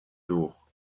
door